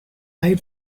i’d